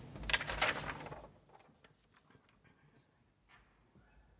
Tak